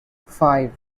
five